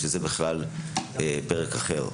וזה בכלל פרק אחר.